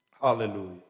Hallelujah